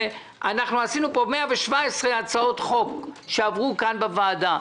אנחנו עשינו פה 117 הצעות חוק שעברו כאן בוועדה.